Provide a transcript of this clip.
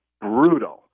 brutal